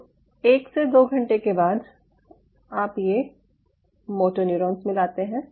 तो 1 से 2 घंटे के बाद आप ये मोटर न्यूरॉन्स मिलाते हैं